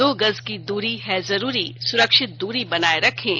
दो गज की दूरी है जरूरी सुरक्षित दूरी बनाए रखें